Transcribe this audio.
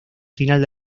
final